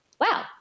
wow